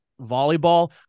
volleyball